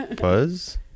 Buzz